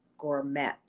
Gourmet